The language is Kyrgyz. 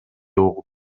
угуп